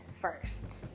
first